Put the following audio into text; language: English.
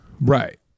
Right